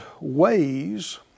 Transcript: ways